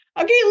Okay